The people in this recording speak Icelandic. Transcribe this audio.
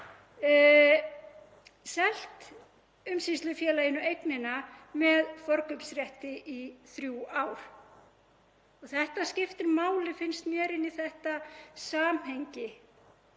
selt umsýslufélaginu eignina með forkaupsrétti í þrjú ár. Þetta skiptir máli, finnst mér, inn í þetta samhengi.